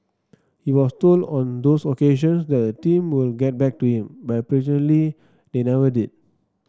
he was told on those occasions that the team will get back to him but apparently they never did